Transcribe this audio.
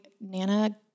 Nana